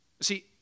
See